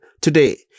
today